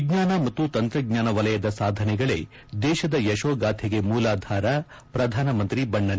ವಿಜ್ಞಾನ ಮತ್ತು ತಂತ್ರಜ್ಞಾನ ವಲಯದ ಸಾಧನೆಗಳೇ ದೇಶದ ಯಶೋಗಾಥೆಗೆ ಮೂಲಾಧಾರ ಪ್ರಧಾನಮಂತ್ರಿ ಬಣ್ಣನೆ